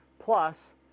Plus